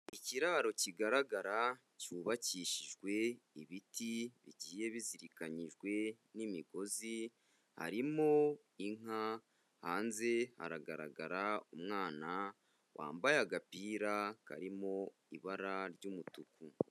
Ikiraro kigaragara cyubakishijwe ibiti bigiye bizirikanyijwe n'imigozi, harimo inka, hanze hagaragara umwana wambaye agapira karimo ibara ry'umutuku.